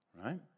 right